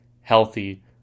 healthy